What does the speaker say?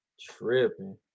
Tripping